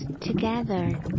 together